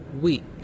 week